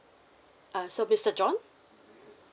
uh so mister john